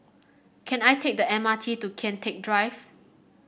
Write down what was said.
can I take the M R T to Kian Teck Drive